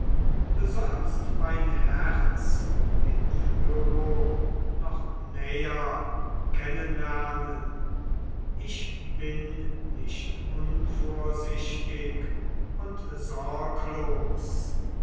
du sollst mein herz hinfüro noch näher kennenlernen ich bin nicht unvorsichtig und